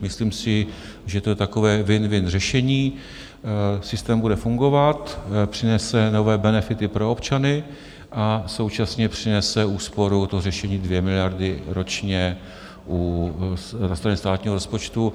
Myslím si, že to je takové winwin řešení, systém bude fungovat, přinese nové benefity pro občany, a současně přinese úsporu to řešení dvě miliardy ročně na straně státního rozpočtu.